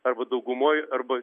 arba daugumoj arba